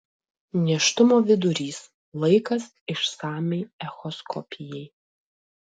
nėštumo vidurys laikas išsamiai echoskopijai